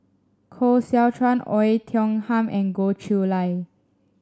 Koh Seow Chuan Oei Tiong Ham and Goh Chiew Lye